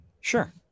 Sure